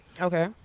okay